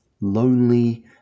lonely